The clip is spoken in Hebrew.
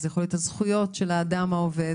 זה יכול להיות הזכויות של האדם העובד,